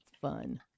fun